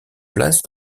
place